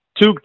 Two